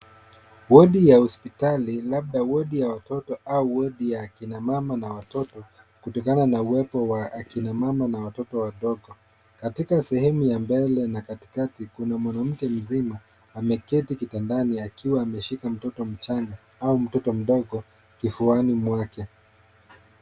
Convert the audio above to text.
Wodi ya hospitali labda wodi ya watoto au wodi ya akina mama na watoto, kutokana na uwepo wa akina mama na watoto wadogo. Katika sehemu ya mbele na katikati kuna mwanamke mzima ameketi kitandani akiwa ameshika mtoto mchanga, au mtoto mdogo kifuani mwake.